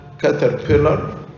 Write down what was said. caterpillar